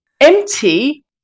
empty